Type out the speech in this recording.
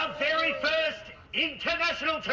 very first international team,